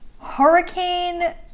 Hurricane